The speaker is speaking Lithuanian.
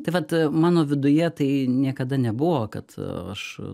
tai vat mano viduje tai niekada nebuvo kad aš